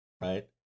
right